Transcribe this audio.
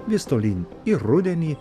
vis tolyn ir rudenį